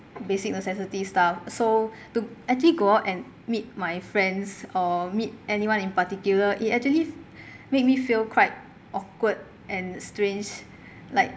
basic necessity stuff so to actually go out and meet my friends or meet anyone in particular it actually make me feel quite awkward and strange like